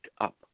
up